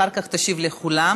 אחר כך תשיב לכולם.